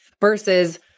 Versus